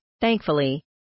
Thankfully